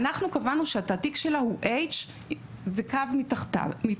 אנחנו קבענו שהתעתיק שלה הוא H וקו מתחתיה,